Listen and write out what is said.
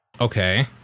Okay